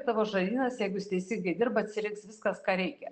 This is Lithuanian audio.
tavo žarnynas jeigu jis teisingai dirba atsirinks viskas ką reikia